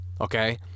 okay